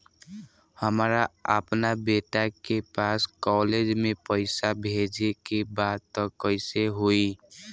हमरा अपना बेटा के पास कॉलेज में पइसा बेजे के बा त कइसे होई?